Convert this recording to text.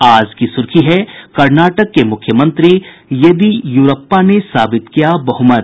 आज की सुर्खी है कर्नाटक के मुख्यमंत्री येदियुरप्पा ने साबित किया बहुमत